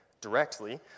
directly